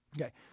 Okay